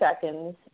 seconds